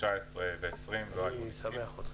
2020 לא היו ניתוקים.